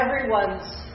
everyone's